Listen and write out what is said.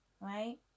right